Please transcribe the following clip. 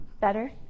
Better